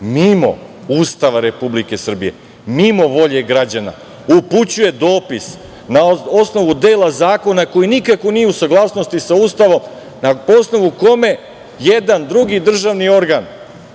mimo Ustava Republike Srbije, mimo volje građana upućuje dopis na osnovu dela zakona koji nikako nije u saglasnosti sa Ustavom, na osnovu koga jedan drugi državni organ